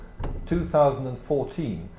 2014